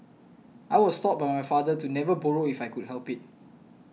I was taught by my father to never borrow if I could help it